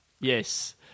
Yes